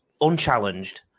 unchallenged